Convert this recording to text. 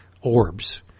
orbs